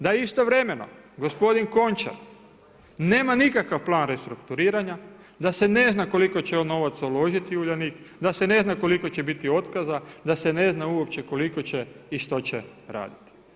Da istovremeno gospodin Končar nema nikakav plan restrukturiranja, da se ne zna koliko će on novaca uložiti u Uljanik, da se ne zna koliko će biti otkaza, da se ne zna uopće koliko će i što će raditi.